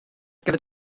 gyfer